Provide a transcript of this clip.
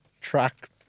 track